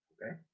Okay